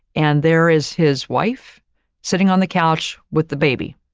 and there is his wife sitting on the couch with the baby.